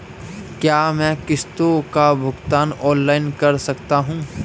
क्या मैं किश्तों का भुगतान ऑनलाइन कर सकता हूँ?